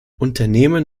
unternehmen